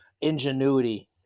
ingenuity